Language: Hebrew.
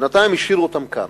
בינתיים השאירו אותם כאן.